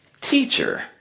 teacher